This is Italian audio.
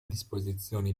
disposizioni